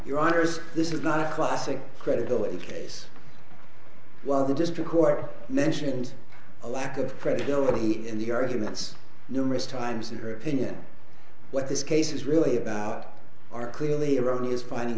honors this is not a classic credibility case while the district court mentioned a lack of credibility and the arguments numerous times in her opinion what this case is really about are clearly erroneous finding